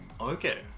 Okay